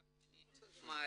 כך אני מעריכה.